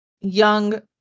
young